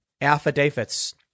affidavits